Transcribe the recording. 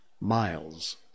miles